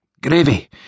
Gravy